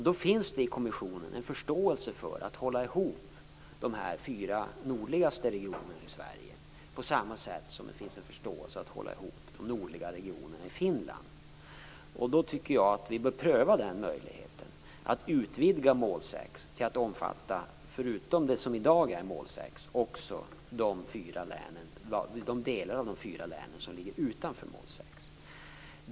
Det finns i kommissionen en förståelse för att hålla ihop de här fyra nordligaste regionerna i Sverige på samma sätt som det finns en förståelse för att hålla ihop de nordliga regionerna i Finland. Då tycker jag att vi bör pröva möjligheten att utvidga mål 6 till att förutom det som i dag är mål 6 också omfatta de delar av de fyra länen som ligger utanför mål 6.